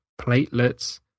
platelets